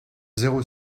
zéro